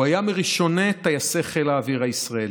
הוא היה מראשוני טייסי חיל האוויר הישראלי.